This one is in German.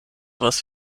was